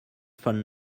phone